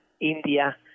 India